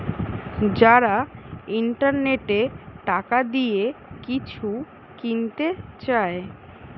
যারা ইন্টারনেটে টাকা দিয়ে কিছু কিনতে চায়